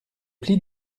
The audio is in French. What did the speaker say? plis